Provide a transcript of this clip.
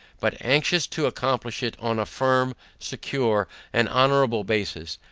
but, anxious to accomplish it on a firm, secure, and honorable basis,